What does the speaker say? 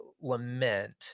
lament